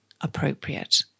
appropriate